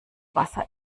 wasser